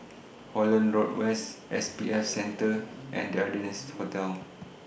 Holland Road West S B F Center and The Ardennes Hotel